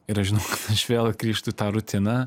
ir aš žinok aš vėl grįžtu į tą rutiną